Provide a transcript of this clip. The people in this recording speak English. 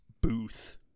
booth